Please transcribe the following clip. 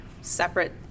separate